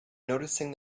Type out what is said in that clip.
noticing